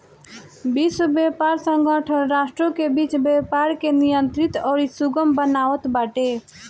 विश्व व्यापार संगठन राष्ट्रों के बीच व्यापार के नियंत्रित अउरी सुगम बनावत बाटे